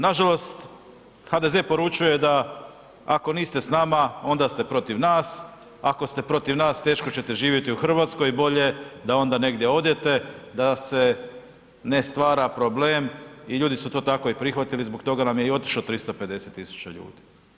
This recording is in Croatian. Nažalost, HDZ poručuje da ako niste s nama, onda ste protiv nas, ako ste protiv nas, teško ćete živjeti u Hrvatskoj, bolje da onda negdje odete, da se ne stvara problem i ljudi su to tako i prihvatili, zbog toga nam je i otišlo 350 000 ljudi.